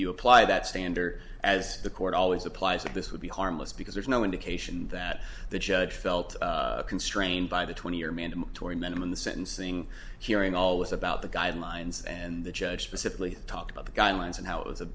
you apply that standard as the court always applies that this would be harmless because there's no indication that the judge felt constrained by the twenty year mandatory minimum the sentencing hearing all was about the guidelines and the judge basically talked about the guidelines and how it was